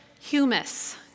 humus